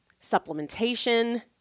supplementation